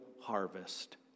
harvest